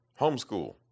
homeschool